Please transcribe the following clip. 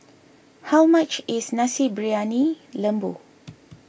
how much is Nasi Briyani Lembu